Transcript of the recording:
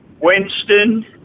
Winston